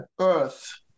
earth